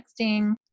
texting